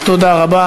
תודה רבה.